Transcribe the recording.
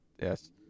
Yes